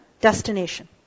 destination